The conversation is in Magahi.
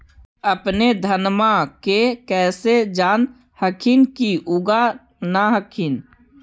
अपने धनमा के कैसे जान हखिन की उगा न हखिन?